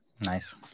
Nice